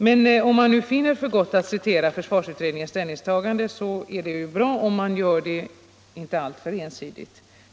Men om man finner för gott att citera försvarsutredningens ställningstagande är det bra att man inte gör det alltför ensidigt.